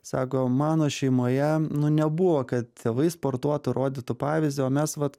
sako mano šeimoje nu nebuvo kad tėvai sportuotų rodytų pavyzdį o mes vat